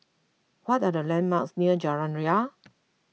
what are the landmarks near Jalan Ria